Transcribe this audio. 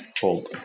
Hold